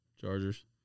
Chargers